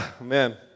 Man